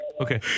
Okay